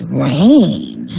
rain